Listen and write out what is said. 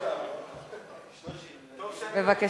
טוב שאני לא צריך